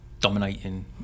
dominating